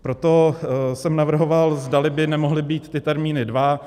Proto jsem navrhoval, zdali by nemohly být ty termíny dva.